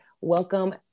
Welcome